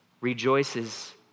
rejoices